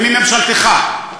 ומממשלתך,